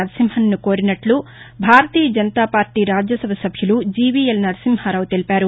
నరసింహన్ను కోరామని Bharatiya Janata party Rajya Sabha సభ్యులు జీవీఎల్ నరసింహారావు తెలిపారు